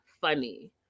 funny